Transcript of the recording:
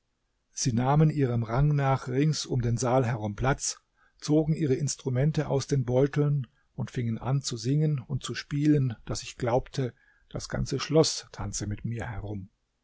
sie nahmen ihrem rang nach rings um den saal herum platz zogen ihre instrumente aus den beuteln und fingen an zu singen und zu spielen daß ich glaubte das ganze schloß tanze mit mir herum